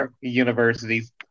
Universities